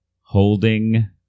holding